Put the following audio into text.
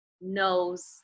knows